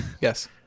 Yes